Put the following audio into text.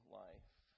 life